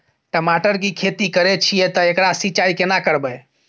टमाटर की खेती करे छिये ते एकरा सिंचाई केना करबै?